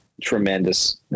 tremendous